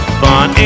fun